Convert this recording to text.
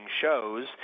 shows